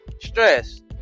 Stress